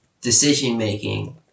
decision-making